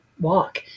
walk